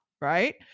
Right